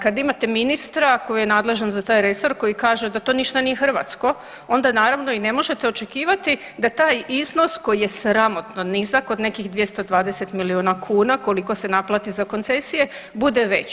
Kad imate ministra koji je nadležan za taj resor, koji kaže da to ništa nije hrvatsko, onda naravno i ne možete očekivati da taj iznos koji je sramotno nizak od nekih 220 milijuna kuna koliko se naplati za koncesije bude veći.